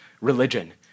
religion